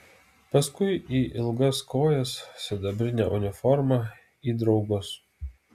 paskui į ilgas kojas sidabrinę uniformą į draugus